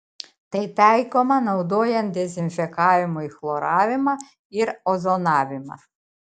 tai taikoma naudojant dezinfekavimui chloravimą ir ozonavimą